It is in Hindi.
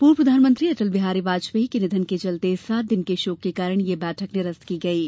पूर्व प्रधानमंत्री अटल बिहारी बाजपेयी के निधन के चलते सात दिन के शोक के कारण यह बैठक निरस्त की गई है